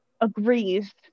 agrees